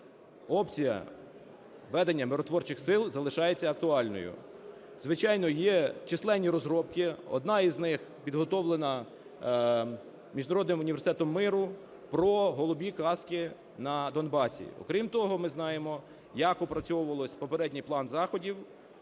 опція введення миротворчих сил залишається актуальною. Звичайно, є численні розробки, одна із них підготовлена Міжнародним університетом миру про "голубі каски" на Донбасі. Окрім того, ми знаємо як опрацьовувався попередній план заходів